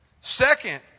Second